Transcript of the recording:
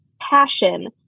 passion